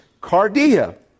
cardia